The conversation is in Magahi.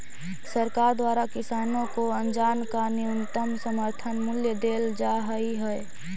सरकार द्वारा किसानों को अनाज का न्यूनतम समर्थन मूल्य देल जा हई है